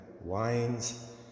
wines